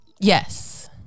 Yes